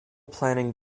planning